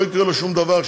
לא יקרה לו שום דבר.